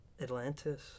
Atlantis